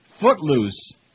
Footloose